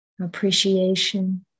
appreciation